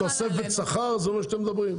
תוספת שכר זה מה שאתם מדברים?